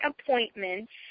appointments